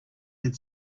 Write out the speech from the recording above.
had